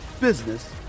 business